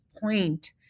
point